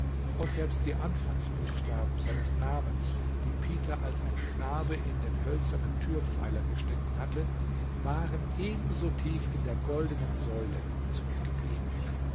und selbst die anfangsbuchstaben seines namens die peter als ein knabe in den hölzernen türpfeiler geschnitten hatte waren eben so tief in der goldenen säule zurück